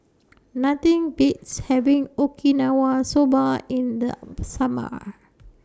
Nothing Beats having Okinawa Soba in The Summer